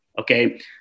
Okay